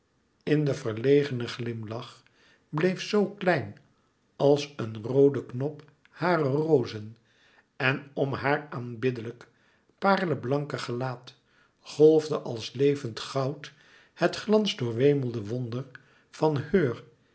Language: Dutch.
in den verlegen glimlach bleef zo klein als een roode knop harer rozen en om haar aanbiddelijk pareleblanke gelaat golfde als levend goud het glans doorwemelde wonder van heur